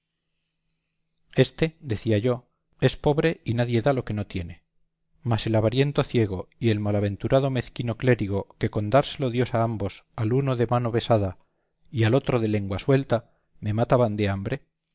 éste decía yo es pobre y nadie da lo que no tiene mas el avariento ciego y el malaventurado mezquino clérigo que con dárselo dios a ambos al uno de mano besada y al otro de lengua suelta me mataban de hambre